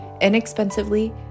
inexpensively